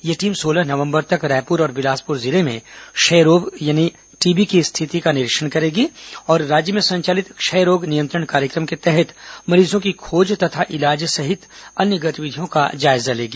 यह टीम सोलह नवंबर तक रायपूर और बिलासपूर जिले में क्षय रोग यानी टीबी की स्थिति का निरीक्षण करेगी और राज्य में संचालित क्षय रोग नियंत्रण कार्यक्रम के तहत मरीजों की खोज तथा इलाज सहित अन्य गतिविधियों का जायजा लेगी